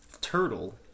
turtle